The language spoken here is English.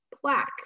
plaque